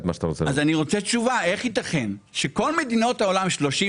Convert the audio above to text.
איך ייתכן שכל מדינות העולם מטילות מס של 30